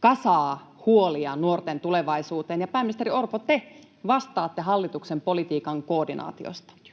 kasaa huolia nuorten tulevaisuuteen. Pääministeri Orpo, te vastaatte hallituksen politiikan koordinaatiosta.